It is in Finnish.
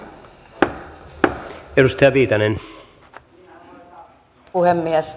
arvoisa puhemies